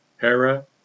Hera